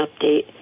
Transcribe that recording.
update